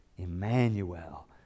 Emmanuel